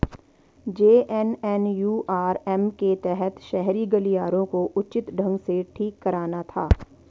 JNNURM के तहत शहरी गलियारों को उचित ढंग से ठीक कराना था